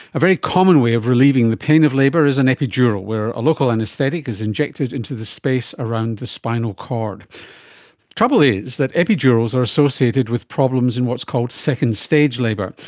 a very common way of relieving the pain of labour is an epidural where a local anaesthetic is injected into the space around the spinal cord. the trouble is that epidurals are associated with problems in what's called second stage labour.